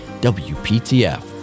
wptf